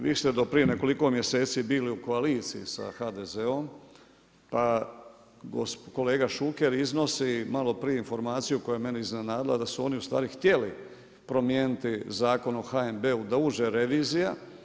Vi ste do prije nekoliko mjeseci bili u koaliciji sa HDZ-om pa kolega Šuker iznosi maloprije informaciju koja je mene iznenadila da su oni ustvari htjeli promijeniti Zakon o HNB-u da uđe revizija.